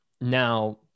now